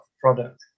product